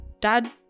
Dad